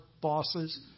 bosses